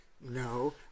No